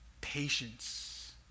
patience